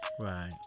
right